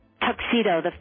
tuxedo